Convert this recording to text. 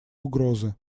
угрозы